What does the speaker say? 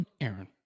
Aaron